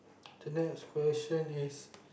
the next question is